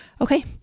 Okay